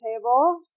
table